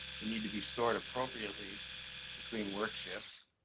they need to be stored appropriately between work shifts.